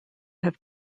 have